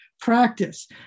practice